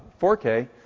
4K